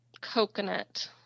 coconut